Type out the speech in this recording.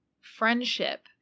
friendship